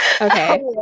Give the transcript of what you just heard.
Okay